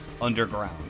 underground